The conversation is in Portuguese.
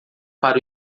para